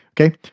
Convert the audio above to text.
Okay